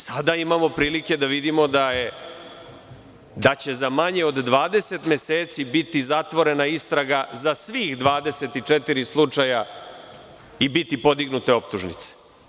Sada imamo prilike da vidimo da će za manje od 20 meseci biti zatvorena istraga za svih 24 slučaja i biti podignute optužnice.